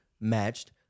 matched